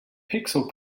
pixel